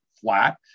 flat